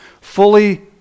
Fully